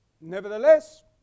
Nevertheless